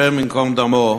השם ייקום דמו,